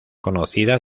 conocida